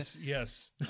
yes